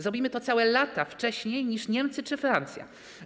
Zrobimy to całe lata wcześniej niż Niemcy czy Francja.